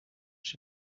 she